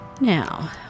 Now